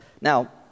Now